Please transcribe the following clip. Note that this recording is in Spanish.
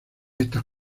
estas